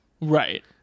Right